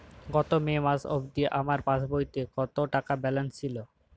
গত মে মাস অবধি আমার পাসবইতে কত টাকা ব্যালেন্স ছিল?